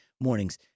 mornings